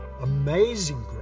amazing